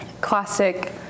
classic